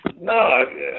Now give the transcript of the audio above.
No